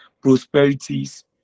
prosperities